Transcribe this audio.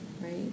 right